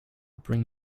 bring